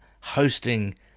hosting